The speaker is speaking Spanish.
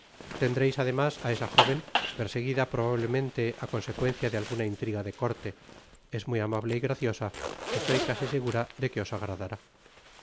tendreis además á esa jóven perseguida probablemente á consecuencia de alguna intriga de corte es muy amable y graciosa estoy casi segura de que os agradará